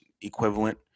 equivalent